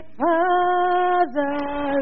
father